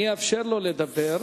אני אאפשר לו לדבר,